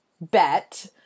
bet